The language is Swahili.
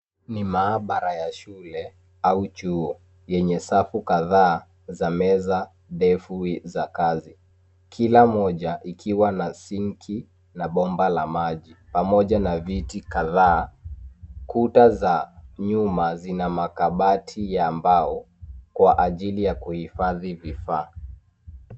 Ni maabara ya shule au chuo yenye safu kadhaa za meza ndefu za kazi ,kila mmoja ikiwa na sinki na bomba la maji pamoja na viti kadhaa, kuta za nyuma zina makabati ya mbao kwa ajili ya kuhifadhi vifaa.